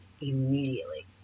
immediately